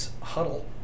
huddle